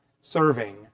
serving